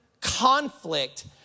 conflict